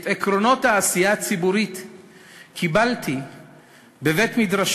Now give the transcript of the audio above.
את עקרונות העשייה הציבורית קיבלתי בבית-מדרשו